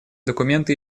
документы